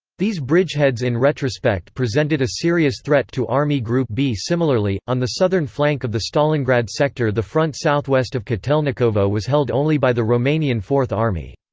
these bridgeheads in retrospect presented a serious threat to army group b similarly, on the southern flank of the stalingrad sector the front southwest of kotelnikovo was held only by the romanian fourth army.